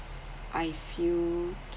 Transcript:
I feel